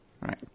Right